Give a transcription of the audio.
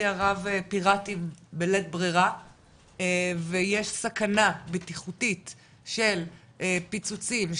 הרב פירטיים בלית ברירה ויש סכנה בטיחותית של פיצוצים,